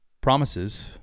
Promises